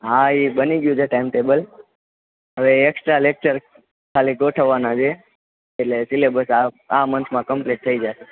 હા એ બની ગયું છે ટાઈમ ટેબલ હવે એકસ્ટ્રા લેક્ચર ખાલી ગોઠવવાના છે એટલે સિલેબસ આ આ મન્થમાં કમ્પ્લીટ થઈ જશે